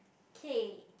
okay